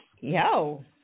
Yo